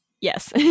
yes